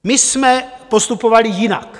My jsme postupovali jinak.